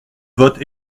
vote